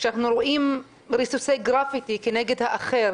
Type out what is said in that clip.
כשאנחנו רואים ריסוסי גרפיטי כנגד האחר,